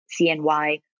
CNY